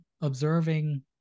observing